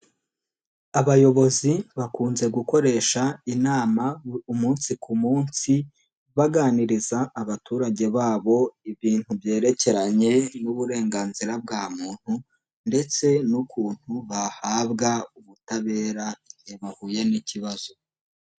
Abayobozi bakunze gukoresha inama umunsi ku munsi baganiriza abaturage babo ibintu byerekeranye n'uburenganzira bwa muntu ndetse n'ukuntu bahabwa ubutabera igihe bahuye n'ikibazo.